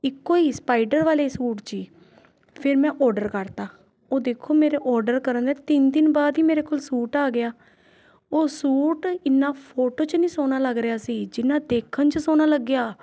ਇੱਕੋ ਹੀ ਸਪਾਈਡਰ ਵਾਲੇ ਸੂਟ 'ਚ ਹੀ ਫਿਰ ਮੈਂ ਆਡਰ ਕਰਤਾ ਉਹ ਦੇਖੋ ਮੇਰੇ ਆਡਰ ਕਰਨ 'ਤੇ ਤਿੰਨ ਦਿਨ ਬਾਅਦ ਹੀ ਮੇਰੇ ਕੋਲ ਸੂਟ ਆ ਗਿਆ ਉਹ ਸੂਟ ਇੰਨਾ ਫੋਟੋ 'ਚ ਨਹੀਂ ਸੋਹਣਾ ਲੱਗ ਰਿਹਾ ਸੀ ਜਿੰਨਾ ਦੇਖਣ 'ਚ ਸੋਹਣਾ ਲੱਗਿਆ